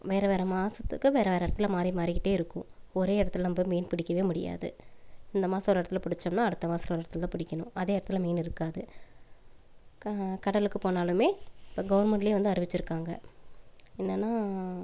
வேறு வேறு மாதத்துக்கு வேறு வேறு இடத்துல மாறி மாறிக்கிட்டே இருக்கும் ஒரே இடத்துல நம் போய் மீன் பிடிக்கவே முடியாது இந்த மாதம் ஒரு இடத்துல பிடிச்சோம்னா அடுத்த மாதம் ஒரு இடத்துல தான் பிடிக்கணும் அதே இடத்துல மீன் இருக்காது கடலுக்கு போனாலுமே இப்போ கவுர்மெண்ட்லேயே வந்து அறிவிச்சுருக்காங்க என்னென்னா